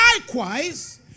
likewise